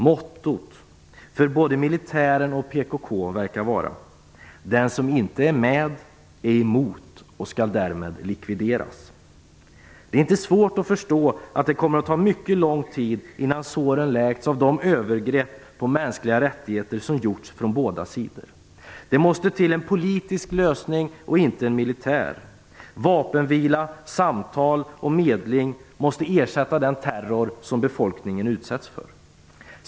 Mottot för både militären och PKK verkar vara Den som inte är med är emot och skall därmed likvideras. Det är inte svårt att förstå att det kommer att ta mycket lång tid innan såren läks av de övergrepp på mänskliga rättigheter som gjorts från båda sidor. Det måste till en politisk lösning och inte en militär. Vapenvila, samtal och medling måste ersätta den terror som befolkningen utsätts för.